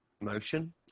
motion